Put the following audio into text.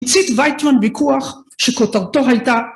הצית וייצמן ויכוח שכותרתו הייתה